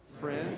Friend